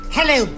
Hello